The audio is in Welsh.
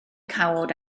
cawod